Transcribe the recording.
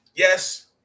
Yes